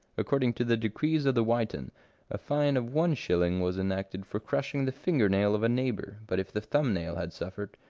according to the decrees of the witan, a fine of one shilling was enacted for crushing the finger-nail of a neighbour, but if the thumb-nail had suffered,